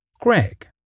Greg